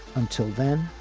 until then,